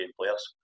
players